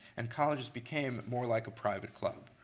and colleges became more like a private club.